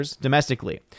domestically